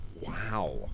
Wow